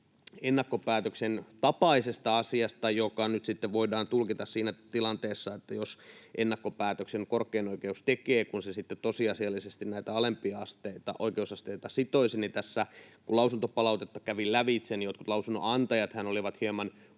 ennakkopäätöksen tapaisesta asiasta, jota nyt sitten voidaan tulkita siinä tilanteessa, jos ennakkopäätöksen korkein oikeus tekee, kun se sitten tosiasiallisesti näitä alempia oikeusasteita sitoisi. Tässä kun lausuntopalautetta kävin lävitse, niin jotkut lausunnonantajathan olivat hieman